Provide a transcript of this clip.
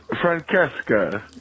Francesca